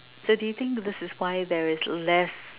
so do you think this is why there is less